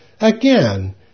Again